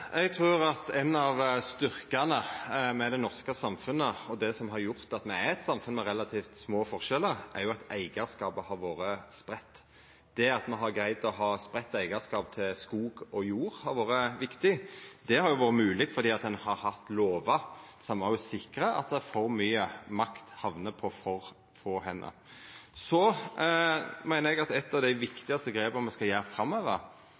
Eg trur at ein av styrkane med det norske samfunnet, og det som har gjort at me er eit samfunn med relativt små forskjellar, er at eigarskapen har vore spreidd. Det at me har greidd å ha spreidd eigarskap til skog og jord, har vore viktig. Det har vore mogleg fordi ein har hatt lovar som òg sikrar oss mot at for mykje makt hamnar på for få hender. Så meiner eg at eit av dei viktigaste grepa me skal gjera framover,